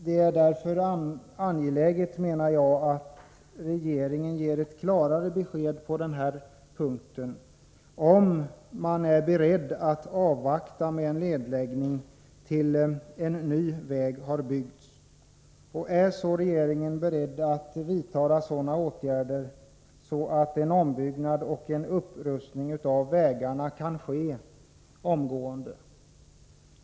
Det är angeläget att regeringen ger ett klarare besked på den här punkten om huruvida man är beredd att avvakta med en nedläggning tills en ny väg har byggts. Är regeringen beredd att vidta sådana åtgärder att en ombyggnad och en upprustning av vägarna kan ske omgående?